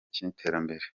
cy’iterambere